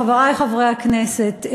חברי חברי הכנסת,